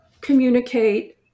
communicate